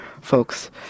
folks